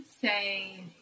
say